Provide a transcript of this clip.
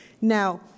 Now